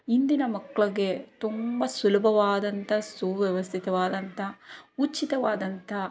ಇಂದಿನ ಮಕ್ಳಿಗೆ ತುಂಬ ಸುಲಭವಾದಂಥ ಸುವ್ಯವಸ್ಥಿತವಾದಂಥ ಉಚಿತವಾದಂಥ